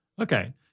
Okay